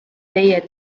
teie